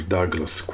Douglas